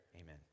amen